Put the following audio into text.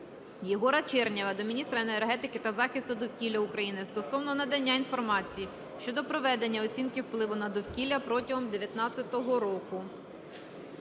Єгора Чернєва до міністра енергетики та захисту довкілля України стосовно надання інформації щодо проведення оцінки впливу на довкілля протягом 2019 року.